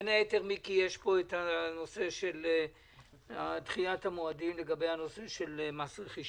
בין היתר יש פה את הנושא של דחיית המועדים לגבי מס רכישה.